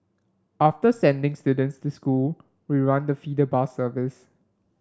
after sending students to school we run the feeder bus service